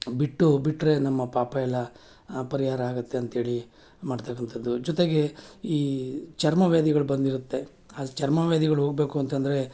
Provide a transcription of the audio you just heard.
ಬಿಟ್ಟು ಬಿಟ್ಟರೆ ನಮ್ಮ ಪಾಪ ಎಲ್ಲ ಪರಿಹಾರ ಆಗುತ್ತೆ ಅಂಥೇಳಿ ಮಾಡ್ತಕ್ಕಂಥದ್ದು ಜೊತೆಗೆ ಈ ಚರ್ಮವ್ಯಾಧಿಗಳು ಬಂದಿರುತ್ತೆ ಅದು ಚರ್ಮವ್ಯಾಧಿಗಳ ಹೋಗ್ಬೇಕು ಅಂತ ಅಂದ್ರೆ